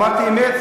אמרתי אמת?